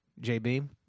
JB